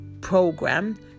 program